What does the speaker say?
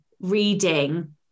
reading